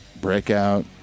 Breakout